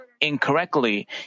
incorrectly